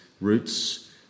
roots